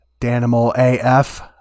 DanimalAF